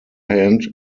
hand